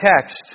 text